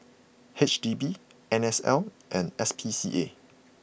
H D B N S L and S P C A